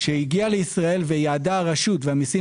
שהגיעה לישראל ויעשה הרשות והמיסים